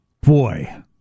Boy